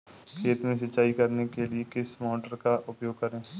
खेत में सिंचाई करने के लिए किस मोटर का उपयोग करें?